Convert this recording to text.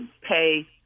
pay